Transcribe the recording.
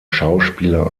schauspieler